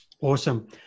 Awesome